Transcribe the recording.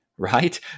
right